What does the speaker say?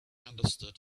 understood